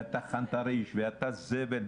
"אתה חנטריש", "אתה זבל".